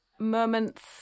moments